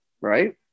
right